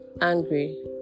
angry